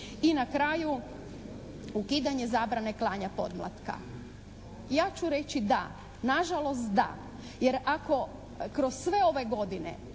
I na kraju ukidanje zabrane klanja pomlatka. Ja ću reći da, na žalost da. Jer ako kroz sve ove godine